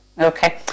Okay